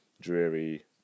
dreary